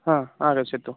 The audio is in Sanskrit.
हा आगच्छतु